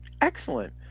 Excellent